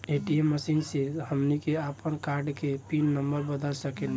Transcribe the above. ATM machine से हमनी के आपन कार्ड के पिन नम्बर बदल सके नी